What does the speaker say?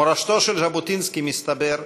מורשתו של ז'בוטינסקי, מסתבר,